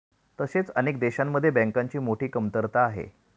तसेच अनेक देशांमध्ये बँकांची मोठी कमतरता आहे